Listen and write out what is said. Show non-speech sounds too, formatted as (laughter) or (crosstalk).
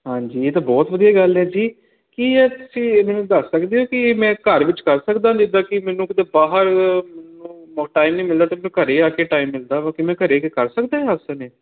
ਹਾਂਜੀ ਇਹ ਤਾਂ ਬਹੁਤ ਵਧੀਆ ਗੱਲ ਹੈ ਜੀ ਕੀ ਇਹ ਤੁਸੀਂ ਮੈਨੂੰ ਦੱਸ ਸਕਦੇ ਹੋ ਕਿ ਇਹ ਮੈਂ ਘਰ ਵਿੱਚ ਕਰ ਸਕਦਾ ਜਿੱਦਾਂ ਕਿ ਮੈਨੂੰ ਕਿਤੇ ਬਾਹਰ (unintelligible) ਟਾਈਮ ਨਹੀਂ ਮਿਲਦਾ ਕਿਉਂਕਿ ਘਰ ਆ ਕੇ ਟਾਈਮ ਮਿਲਦਾ ਵਾ ਕਿ ਮੈਂ ਘਰ ਆ ਕੇ ਕਰ ਸਕਦਾ ਆਸਣ ਇਹ